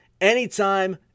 anytime